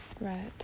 Right